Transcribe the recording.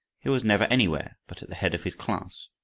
he was never anywhere but at the head of his class,